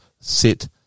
sit